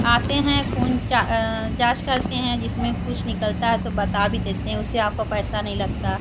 आते हैं ख़ून जाँच करते हैं जिसमें कुछ निकलता है तो बता भी देते हैं उससे आपको पैसा नहीं लगता